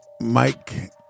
mike